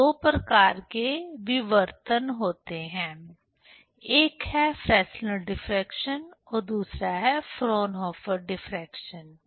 तो दो प्रकार के विवर्तन होते हैं एक है फ्रेस्नेल डिफ्रेक्शन और दूसरा है फ्राउनहोफर डिफ्रेक्शन